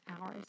hours